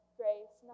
grace